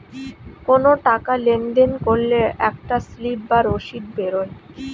কোনো টাকা লেনদেন করলে একটা স্লিপ বা রসিদ বেরোয়